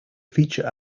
feature